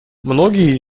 многие